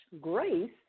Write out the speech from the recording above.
grace